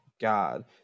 God